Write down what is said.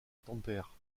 tampere